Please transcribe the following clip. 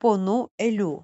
ponu eliu